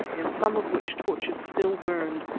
in some of which torches still burned,